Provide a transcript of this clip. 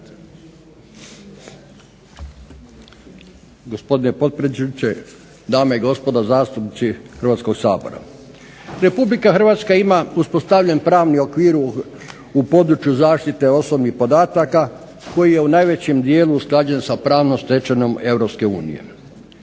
Gospodine potpredsjedniče, dame i gospodo zastupnici Hrvatskoga sabora. Republika Hrvatska ima uspostavljen pravni okvir u području zaštite osobnih podataka koji je u najvećem dijelu usklađen sa pravnom stečevinom